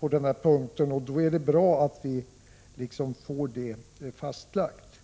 på denna punkt. Det är bra att vi får detta fastlagt.